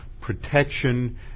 protection